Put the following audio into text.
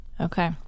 Okay